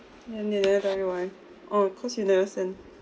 yeah then they never tell you why oh cause you never send